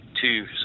two